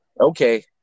okay